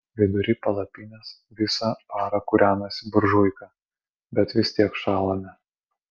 vidury palapinės visą parą kūrenasi buržuika bet vis tiek šąlame